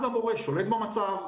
אז המורה שולט במצב,